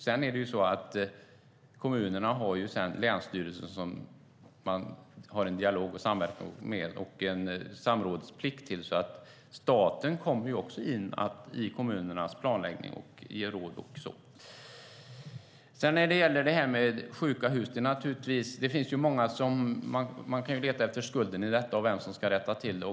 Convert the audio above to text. Sedan har kommunerna dialog och samverkan med länsstyrelsen och dessutom en samrådsplikt, så staten kommer också in i kommunernas planläggning och ger råd. När det gäller det här med sjuka hus kan man leta efter vem som bär skulden och fundera över vem som ska rätta till det.